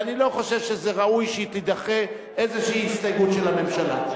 ואני לא חושב שזה ראוי שתידחה איזו הסתייגות של הממשלה.